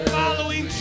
following